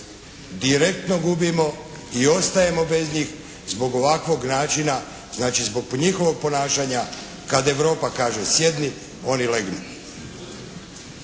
direktno gubimo i ostajemo bez njih zbog ovakvog načina, znači zbog njihovog ponašanja kad Europa kaže sjedni oni legnu.